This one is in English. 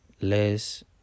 less